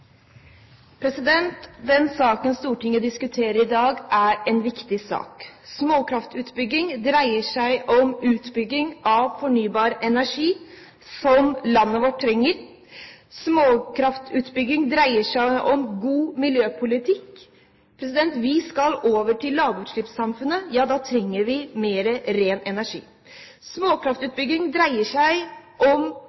satsing. Den saken Stortinget diskuterer i dag, er en viktig sak. Småkraftutbygging dreier seg om utbygging av fornybar energi, som landet vårt trenger. Småkraftutbygging dreier seg om god miljøpolitikk. Vi skal over til lavutslippssamfunnet. Da trenger vi mer ren energi.